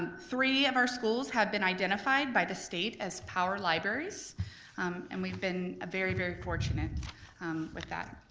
and three of our schools have been identified by the state as power libraries and we've been ah very, very fortunate with that.